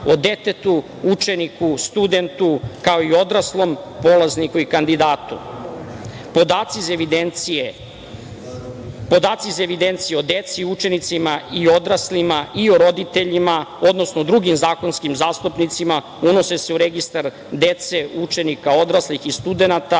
o detetu, učeniku, studentu, kao i o odraslom polazniku i kandidatu. Podaci iz evidencije o deci, učenicima i odraslima i o roditeljima, odnosno drugim zakonskim zastupnicima unose se u registar dece, učenika, odraslih i studenata